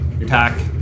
attack